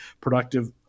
productive